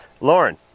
Lauren